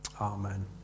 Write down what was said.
Amen